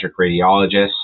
radiologists